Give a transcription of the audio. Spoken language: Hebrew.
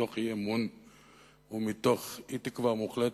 מתוך אי-אמון ומתוך אי-תקווה מוחלטת,